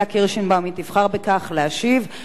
בינתיים, עמדת הממשלה היא לתמוך.